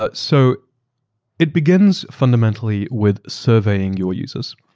ah it so it begins fundamentally with surveying your users,